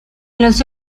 los